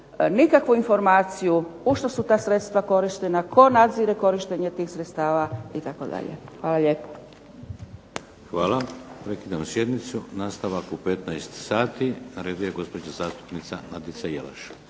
nikakvu informaciju u što su ta sredstva korištena, tko nadzire korištenje tih sredstava itd. Hvala lijepo. **Šeks, Vladimir (HDZ)** Hvala. Prekidam sjednicu. Nastavak u 15,00 sati. Na redu je gospođa zastupnica Nadica Jelaš.